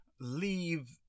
leave